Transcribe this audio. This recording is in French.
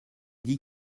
dit